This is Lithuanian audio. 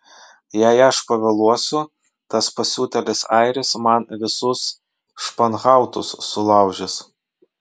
jei aš pavėluosiu tas pasiutėlis airis man visus španhautus sulaužys